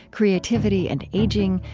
creativity and aging,